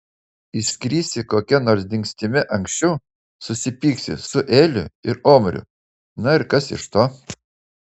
išskrisi kokia nors dingstimi anksčiau susipyksi su eliu ir omriu na ir kas iš to